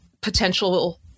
potential